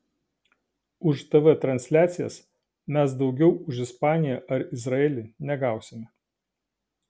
už tv transliacijas mes daugiau už ispaniją ar izraelį negausime